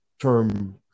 term